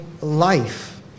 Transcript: life